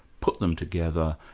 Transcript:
put them together,